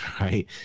right